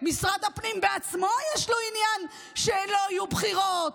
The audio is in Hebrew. ומשרד הפנים בעצמו, יש לו עניין שלא יהיו בחירות,